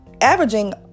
averaging